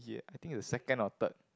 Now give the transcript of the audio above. I think it was second or third